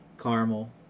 caramel